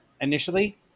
initially